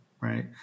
right